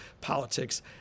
politics